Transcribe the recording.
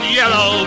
yellow